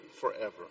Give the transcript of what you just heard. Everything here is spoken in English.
forever